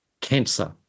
cancer